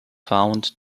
found